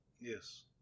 Yes